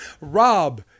Rob